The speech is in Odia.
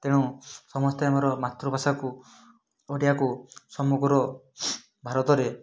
ତେଣୁ ସମସ୍ତେ ଆମର ମାତୃଭାଷାକୁ ଓଡ଼ିଆକୁ ସମଗ୍ର ଭାରତରେ